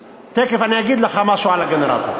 תכף אני אגיד לך משהו על הגנרטור.